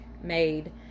made